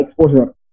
exposure